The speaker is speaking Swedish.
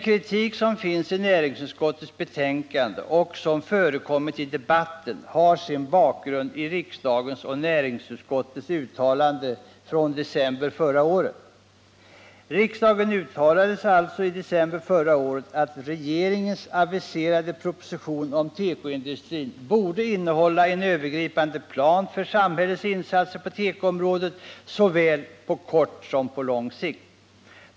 Kritiken i näringsutskottets betänkande och i debatten har sin bakgrund i riksdagens och näringsutskottets uttalande i december förra året. Riksdagen uttalade alltså i december förra året att regeringens aviserade proposition om tekoindustrin borde innehålla en övergripande plan för samhällets insatser på tekoområdet såväl på kort som på lång sikt.